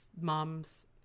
moms